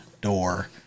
door